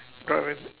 got right